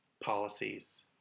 policies